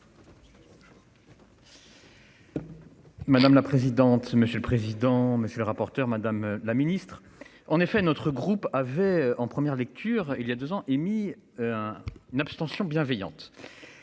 Madame la présidente, monsieur le président, monsieur le rapporteur, madame la Ministre, en effet, notre groupe avait en première lecture il y a 2 ans émis. Une abstention bienveillante.